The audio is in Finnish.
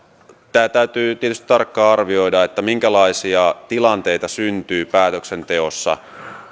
tämä täytyy tietysti tarkkaan arvioida minkälaisia tilanteita syntyy päätöksenteossa